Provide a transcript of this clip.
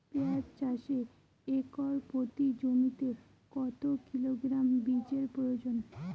পেঁয়াজ চাষে একর প্রতি জমিতে কত কিলোগ্রাম বীজের প্রয়োজন?